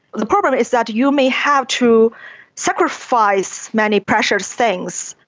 the problem is that you may have to sacrifice many precious things.